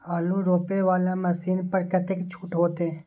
आलू रोपे वाला मशीन पर कतेक छूट होते?